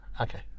okay